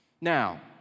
Now